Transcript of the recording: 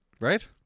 Right